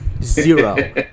zero